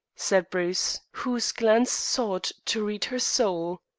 said bruce, whose glance sought to read her soul.